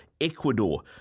Ecuador